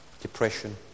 depression